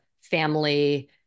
family